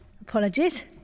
Apologies